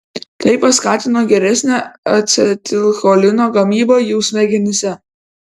tai paskatino geresnę acetilcholino gamybą jų smegenyse